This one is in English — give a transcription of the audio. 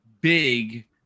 big